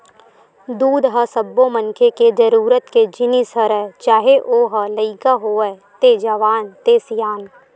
दूद ह सब्बो मनखे के जरूरत के जिनिस हरय चाहे ओ ह लइका होवय ते जवान ते सियान